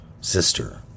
sister